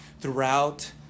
throughout